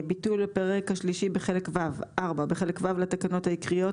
ביטול הפרק השלישי בחלק ו' בחלק ו' לתקנות העיקריות,